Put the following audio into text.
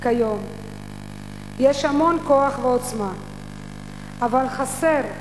כיום יש המון כוח ועוצמה אבל חסר,